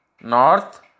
north